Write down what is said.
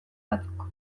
batzuk